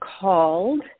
called